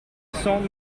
cent